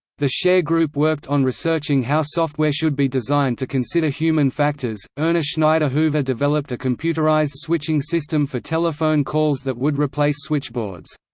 the share group worked on researching how software should be designed to consider human factors erna schneider hoover developed a computerized switching system for telephone calls that would replace switchboards.